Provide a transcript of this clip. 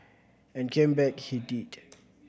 and came back he did